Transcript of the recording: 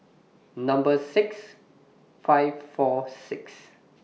Number six five four six